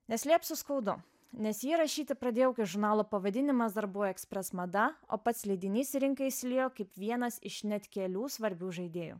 neslėpsiu skaudu nes jį rašyti pradėjau kai žurnalo pavadinimas dar buvo express mada o pats leidinys į rinką įsiliejo kaip vienas iš net kelių svarbių žaidėjų